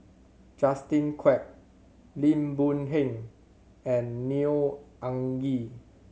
Justin Quek Lim Boon Heng and Neo Anngee